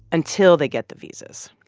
until they get the visas.